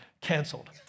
canceled